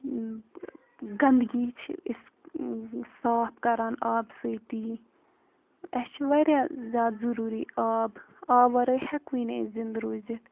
گَنٛدگی چھِ أسۍ صاف کَران آب سۭتی اَسہِ چھِ واریاہ زیادٕ ضروٗری آب آب وَرٲے ہیٚکوٕے نہٕ أسۍ زِنٛدٕ روٗزِتھ